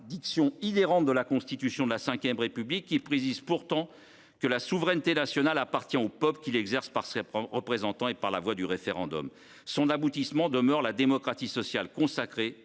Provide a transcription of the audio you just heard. contradiction inhérente à la Constitution de la V République, qui précise pourtant que « la souveraineté nationale appartient au peuple qui l’exerce par ses représentants et par la voie du référendum ». Son aboutissement demeure la démocratie sociale, laquelle